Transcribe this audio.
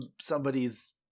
somebody's